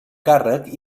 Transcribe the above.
càrrec